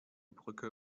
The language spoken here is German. brücke